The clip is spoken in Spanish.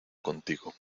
contigo